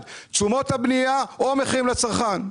תשומות הבנייה או למדד המחירים לצרכן.